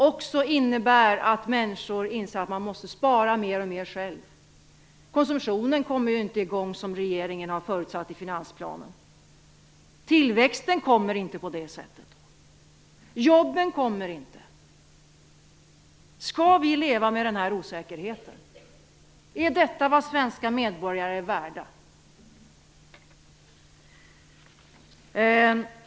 Det innebär att människor inser att man måste spara mer och mer själv. Konsumtionen kommer inte i gång som regeringen har förutsatt i finansplanen. Tillväxten kommer inte på det sättet. Jobben kommer inte. Skall vi leva med denna osäkerhet? Är detta vad svenska medborgare är värda?